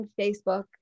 facebook